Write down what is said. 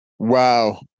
Wow